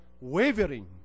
wavering